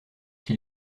qui